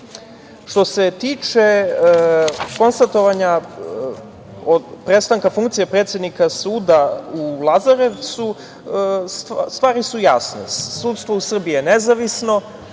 se tiče konstatovanja prestanka funkcije predsednika suda u Lazarevcu, stvari su jasne. Sudstvo u Srbiji je nezavisno.